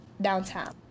downtown